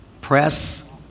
Press